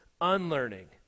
unlearning